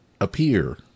appear